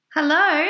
Hello